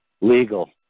legal